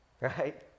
Right